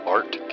Art